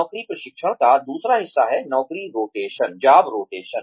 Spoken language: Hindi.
नौकरी प्रशिक्षण का दूसरा हिस्सा है नौकरी रोटेशन